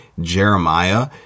Jeremiah